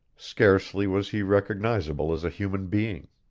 scarcely was he recognizable as a human being.